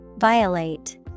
Violate